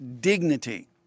dignity